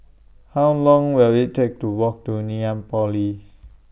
How Long Will IT Take to Walk to Ngee Ann Polytechnic